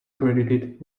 credited